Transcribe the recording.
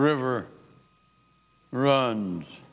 river runs